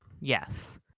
Yes